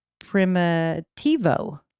Primitivo